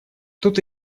тут